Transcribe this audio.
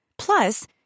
Plus